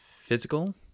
physical